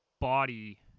body